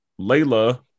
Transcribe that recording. Layla